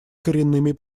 коренными